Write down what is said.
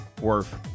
worth